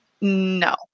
No